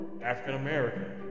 African-American